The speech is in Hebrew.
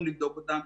גם לבדוק אותם,